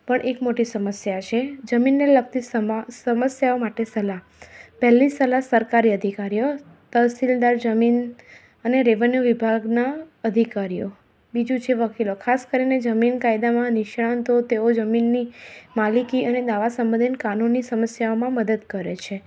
પણ એક મોટી સમસ્યા છે જમીનને લગતી સમસ્યાઓ માટે સલાહ પહેલી સલાહ સરકારી અધિકારીઓ તહેસીલદાર જમીન અને રેવન્યુ વિભાગનાં અધિકારીઓ બીજું છે વકીલો ખાસ કરીને જમીન કાયદામાં નિષ્ણાતો તેઓ જમીનની માલિકી અને દાવા સંબંધિન કાનૂની સમસ્યાઓમાં મદદ કરે છે